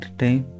time